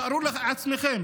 תארו לעצמכם